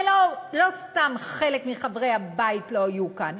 ולא סתם חלק מחברי הבית לא היו כאן.